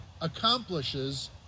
accomplishes